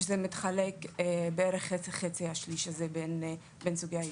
זה מתחלק בערך חצי חצי בין סוגי היישובים.